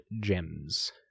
gems